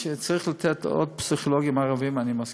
זה שצריך לתת עוד פסיכולוגים ערבים, אני מסכים.